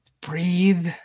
breathe